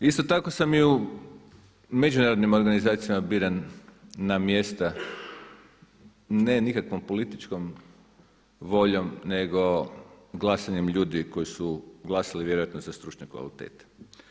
Isto tako sam i u međunarodnim organizacijama biran na mjesta ne nikakvom političkom voljom nego glasanjem ljudi koji su glasali vjerojatno za stručne kvalitete.